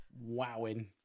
wowing